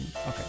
Okay